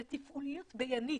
זה תפעוליות ביינית,